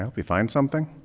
help you find something?